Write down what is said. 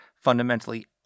fundamentally